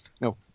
no